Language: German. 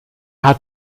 hat